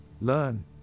learn